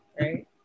Right